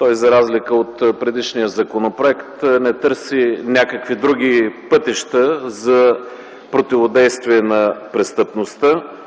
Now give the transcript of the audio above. За разлика от предишния законопроект, той не търси някакви други пътища за противодействие на престъпността.